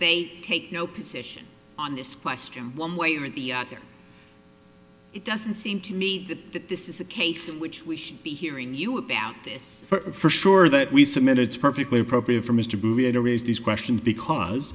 they take no position on this question one way or the other it doesn't seem to me that this is a case in which we should be hearing you about this for sure that we submitted it's perfectly appropriate for mr to raise this question because